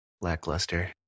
lackluster